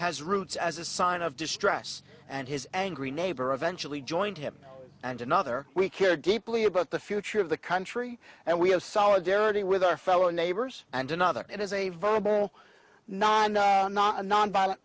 has roots as a sign of distress and his angry neighbor eventually joined him and another we care deeply about the future of the country and we have solidarity with our fellow neighbors and another it is a verbal not and not a nonviolent